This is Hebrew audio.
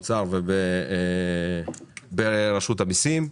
ברשות המסים,